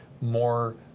more